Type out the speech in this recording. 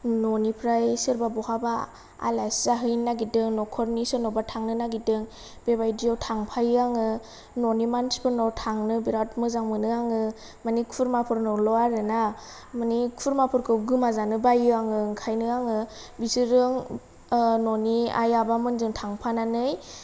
न'निफ्राय सोरबा बहाबा आलासि जाहैनो नागिरदों नखरनि सोरनावबा थांनो नागिरदों बेबायदिआव थांफायो आङो न'नि मानथिफोरनाव थांनो बेराद मोजां मोनो आङो माने खुरमाफोरनावल' आरोना मानि खुरमाफोरखौ गोमाजानो बायो आङो ओंखायनो आङो बिसोरजों न'नि आइ आबामोनजों थांफानानै